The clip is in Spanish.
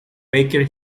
baker